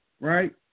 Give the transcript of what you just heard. Right